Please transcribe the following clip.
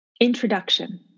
Introduction